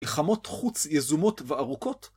מלחמות חוץ יזומות וארוכות?